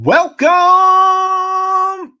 Welcome